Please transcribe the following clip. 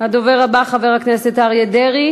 הדובר הבא, חבר הכנסת אריה דרעי